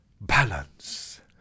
balance